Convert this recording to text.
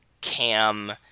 Cam